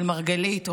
של מרגלית,